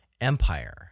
Empire –